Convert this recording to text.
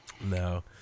No